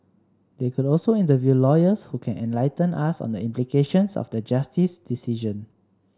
they could also interview lawyers who can enlighten us on the implications of the Justice's decision